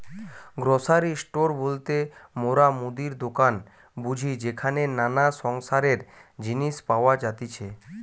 grocery store বলতে মোরা মুদির দোকান বুঝি যেখানে নানা সংসারের জিনিস পাওয়া যাতিছে